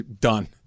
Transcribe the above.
Done